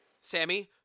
Sammy